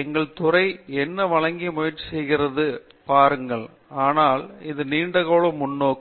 எங்கள் துறை என்ன வழங்க முயற்சி செகிறது பாருங்கள் ஆனால்இது நீண்ட கால முன்னோக்கு